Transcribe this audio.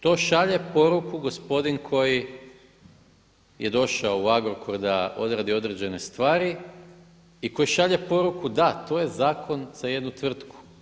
To šalje poruku gospodin koji je došao u Agrokor da odradi određene stvari i koji šalje poruku, da to je zakon za jednu tvrtku.